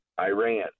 Iran